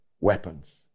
weapons